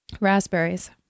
raspberries